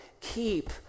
keep